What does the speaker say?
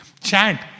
chant